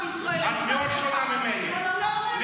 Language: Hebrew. עם